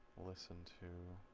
listen to